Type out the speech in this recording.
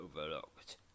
overlooked